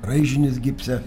raižinius gipse